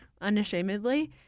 unashamedly